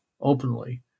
openly